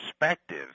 perspective